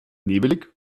nebelig